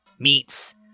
Meats